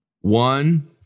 One